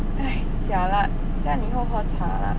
!hais! jialat 这样你换喝茶啦